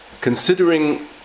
considering